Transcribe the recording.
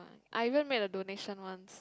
I even make a donation once